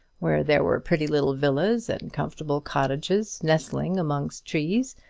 where there were pretty little villas and comfortable cottages nestling amongst trees,